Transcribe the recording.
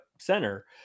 center